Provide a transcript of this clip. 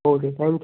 okay thank